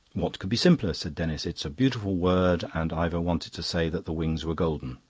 what could be simpler, said denis. it's a beautiful word, and ivor wanted to say that the wings were golden.